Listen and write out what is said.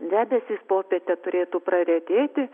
debesys popietę turėtų praretėti